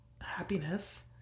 happiness